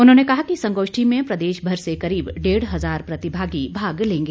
उन्होंने कहा कि संगोष्ठी में प्रदेश भर से करीब डेढ़ हजार प्रतिभागी भाग लेंगे